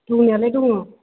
दंनायालाय दङ